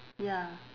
ya